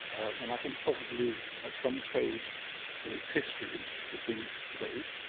and i think probably at some stage in its history had been played,